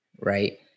right